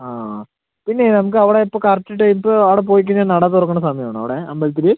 ആ പിന്നെ നമുക്ക് അവിടെ ഇപ്പം കറക്ട് ടൈപ്പ് അവിടെ പോയിക്കഴിഞ്ഞാൽ നട തുറക്കണ സമയം ആണോ അവിടെ അമ്പലത്തിൽ